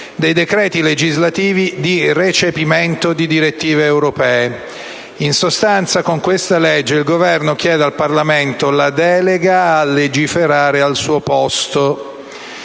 dei decreti legislativi di recepimento di direttive europee. In sostanza, con questa legge il Governo chiede al Parlamento la delega a legiferare al suo posto,